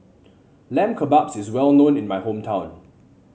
Lamb Kebabs is well known in my hometown